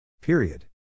Period